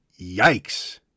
yikes